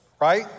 right